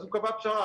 אז הוא קבע פשרה,